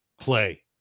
play